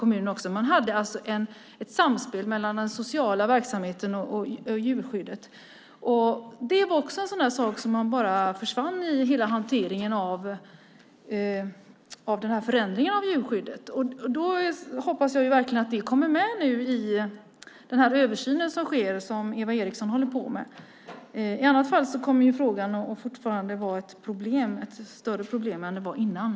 Man hade ett samspel mellan den sociala verksamheten och djurskyddet. Det är också en sak som bara försvann i förändringen av djurskyddet. Jag hoppas verkligen att det kommer med i den översyn som Eva Eriksson håller på med. I annat fall kommer frågan fortfarande att vara ett problem - ett större problem än det var tidigare.